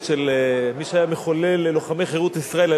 של מי שהיה מחולל לוחמי חירות ישראל,